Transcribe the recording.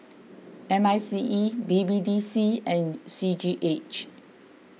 M I C E B B D C and C G H